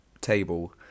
table